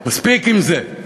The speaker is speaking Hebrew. מספיק עם זה.